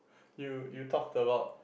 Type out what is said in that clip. you you talk about